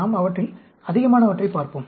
நாம் அவற்றில் அதிகமானவற்றைப் பார்ப்போம்